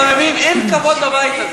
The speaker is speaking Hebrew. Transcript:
אין כבוד לבית הזה.